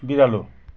बिरालो